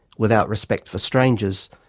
without respect for strangers,